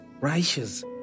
righteous